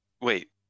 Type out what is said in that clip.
Wait